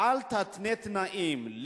אל תתנה תנאים,